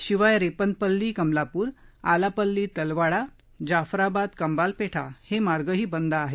शिवाय रेपनपल्ली कमलापूर आलापल्ली तलवाडा जाफ्राबाद कबालपेठा हे मार्ग बंद आहेत